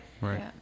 right